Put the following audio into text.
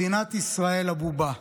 מדינת ישראל הבובה.